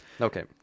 Okay